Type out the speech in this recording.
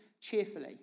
cheerfully